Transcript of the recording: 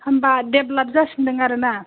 होमब्ला डेभेलप जासिनदों आरो ना